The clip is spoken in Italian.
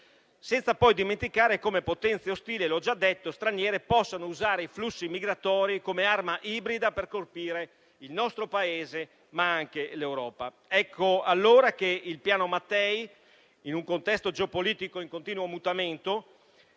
Senza poi dimenticare come potenze ostili straniere possano usare i flussi migratori come arma ibrida per colpire il nostro Paese, ma anche l'Europa. Ecco allora che il Piano Matei, in un contesto geopolitico in continuo mutamento,